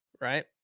right